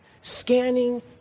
scanning